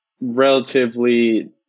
relatively